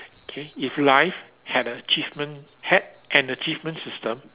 okay if life had a achievement an achievement system